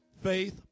Faith